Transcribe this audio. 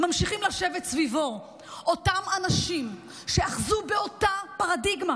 ממשיכים לשבת סביבו אותם אנשים שאחזו באותה פרדיגמה